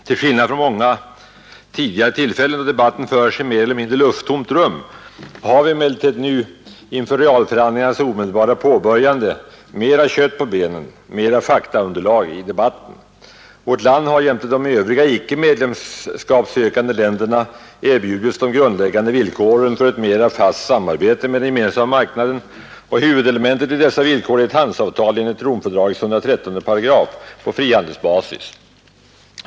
Till skillnad från många tidigare tillfällen då debatten förts i mer eller mindre lufttomt rum har vi emellertid nu inför realförhandlingarnas omedelbara påbörjande mera kött på benen, mera faktaunderlag i debatten. Vårt land har jämte de övriga icke medlemskapssökande länderna erbjudits de grundläggande villkoren för ett mera fast samarbete med Gemensamma marknaden, och huvudelementet i dessa villkor är ett handelsavtal enligt Romfördragets paragraf 113 på frihandelsbasis.